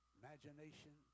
imagination